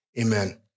Amen